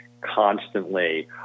constantly